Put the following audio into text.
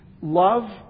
love